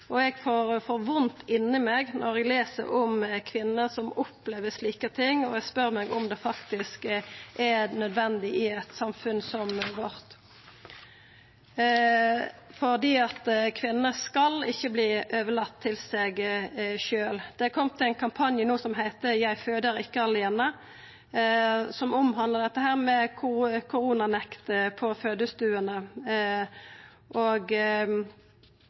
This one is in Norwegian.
Eg får vondt inni meg når eg les om kvinner som opplever slike ting, og eg spør meg om det faktisk er nødvendig i eit samfunn som vårt. For kvinner skal ikkje verta overlatne til seg sjølve. Det er kome ein kampanje no som heiter «#jegføderikkealene», som omhandlar dette med